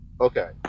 Okay